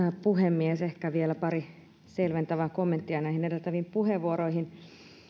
puhemies ehkä vielä pari selventävää kommenttia näihin edeltäviin puheenvuoroihin